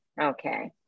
Okay